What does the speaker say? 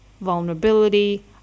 vulnerability